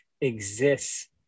exists